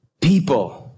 people